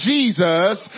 Jesus